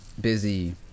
busy